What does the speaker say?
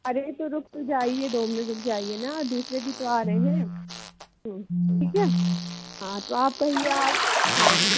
अरे तो रुक तो जाइए दो मिनट रुक जाइए ना दूसरे भी तो आ रहे हैं ठीक है हाँ तो आप तो हाँ